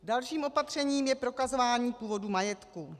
Dalším opatřením je prokazování původu majetku.